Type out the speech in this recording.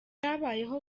byabayeho